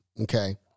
Okay